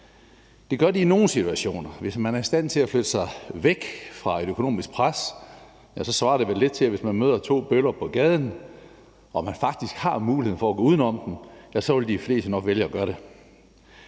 Det gør de i nogle situationer. Hvis man er i stand til at flytte sig væk fra et økonomisk pres, svarer det vel lidt til, at hvis man møder to bøller på gaden og man faktisk har muligheden for at gå uden om dem, så vil de fleste nok vælge at gøre det.